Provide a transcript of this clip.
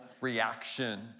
reaction